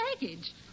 baggage